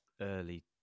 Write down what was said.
early